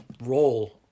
role